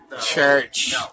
Church